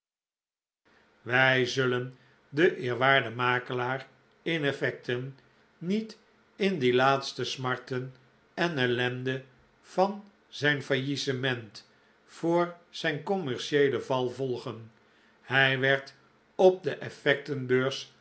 wij zullen den eerwaarden makelaar in effecten niet in die laatste smarten en ellende van zijn faillissement voor zijn commercieelen val volgen hij werd op de